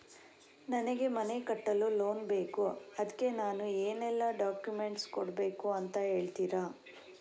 ನನಗೆ ಮನೆ ಕಟ್ಟಲು ಲೋನ್ ಬೇಕು ಅದ್ಕೆ ನಾನು ಏನೆಲ್ಲ ಡಾಕ್ಯುಮೆಂಟ್ ಕೊಡ್ಬೇಕು ಅಂತ ಹೇಳ್ತೀರಾ?